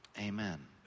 amen